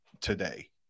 today